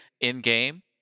in-game